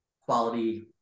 quality